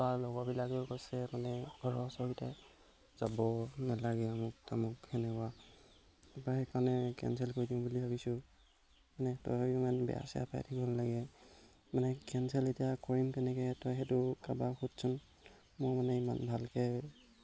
তাৰপা লগৰবিলাকেও কৈছে মানে ঘৰৰ ওচৰৰকেইটাই যাব নালাগে আমুক তামুক সেনেকুৱা বা সেইকাৰণে কেঞ্চেল কৰি দিম বুলি ভাবিছোঁ মানে তই ইমান বেয়া চেয়া পাই থাকিব নালাগে মানে কেঞ্চেল এতিয়া কৰিম কেনেকৈ তই সেইটো কাৰোবাৰ সোধচোন মোৰ মানে ইমান ভালকৈ